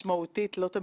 מנהלת הוועדה שלנו,